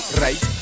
right